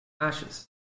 ashes